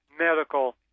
medical